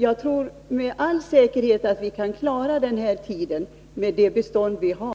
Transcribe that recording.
Jag är övertygad om att vi kan klara den här tiden med det lokalbestånd vi har och med den standard som våra lokaler har. Fru talman! Jag yrkar bifall